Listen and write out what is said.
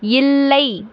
இல்லை